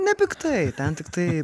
nepiktai ten tiktai